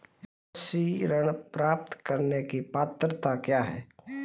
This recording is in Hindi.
कृषि ऋण प्राप्त करने की पात्रता क्या है?